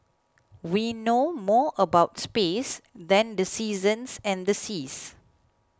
we know more about space than the seasons and the seas